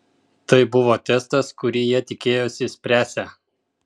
tai buvo testas kurį jie tikėjosi spręsią